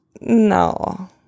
No